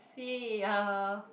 see uh